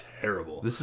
terrible